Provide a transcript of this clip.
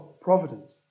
providence